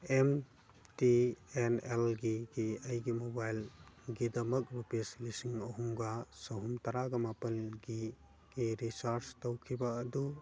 M T N ꯑꯦꯜꯒꯤ ꯀꯤ ꯑꯩꯒꯤ ꯃꯣꯕꯥꯏꯜꯒꯤꯗꯃꯛ ꯔꯨꯄꯤꯁ ꯂꯤꯁꯤꯡ ꯑꯍꯨꯝꯒ ꯆꯍꯨꯝ ꯇꯔꯥꯒ ꯃꯥꯄꯜꯒꯤ ꯔꯤꯆꯥꯔꯖ ꯇꯧꯈꯤꯕ ꯑꯗꯨ